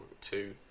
two